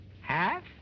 Half